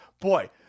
Boy